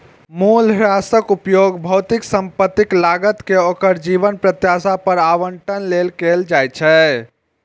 मूल्यह्रासक उपयोग भौतिक संपत्तिक लागत कें ओकर जीवन प्रत्याशा पर आवंटन लेल कैल जाइ छै